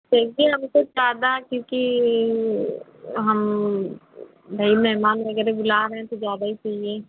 चाहिए हमको ज़्यादा क्यूँकि हम नहीं मेहमान वगैरह बुला रहे हैं तो ज़्यादा ही चाहिए